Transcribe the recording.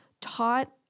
taught